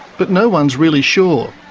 but no one's really sure.